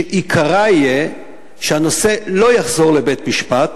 שעיקרה יהיה שהנושא לא יחזור לבית-משפט